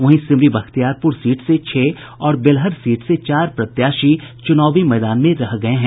वहीं सिमरी बख्तियारपुर सीट से छह और बेलहर सीट से चार प्रत्याशी चुनावी मैदान में रह गये हैं